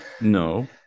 no